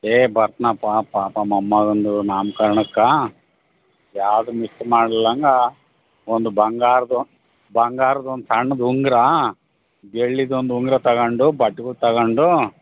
ಏಯ್ ಬರ್ತ್ನಪ್ಪ ಪಾಪ ಮೊಮ್ಮಗಂದು ನಾಮ್ಕರ್ಣಕ್ಕೆ ಯಾರೂ ಮಿಸ್ ಮಾಡ್ದಂಗ ಒಂದು ಬಂಗಾರ್ದ ಬಂಗಾರ್ದ ಒಂದು ಸಣ್ದು ಉಂಗುರ ಬೆಳ್ಳಿದು ಒಂದು ಉಂಗುರ ತಗೊಂಡು ಬಟ್ಟೆಗಳ್ ತಗೊಂಡು